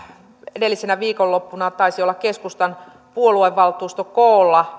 edellisenä viikonloppuna kun taisi olla keskustan puoluevaltuusto koolla